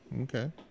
Okay